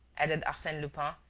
added arsene lupin,